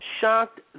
shocked